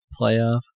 playoff